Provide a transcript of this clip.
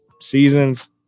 seasons